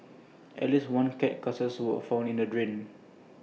at least one cat carcass was found in A drain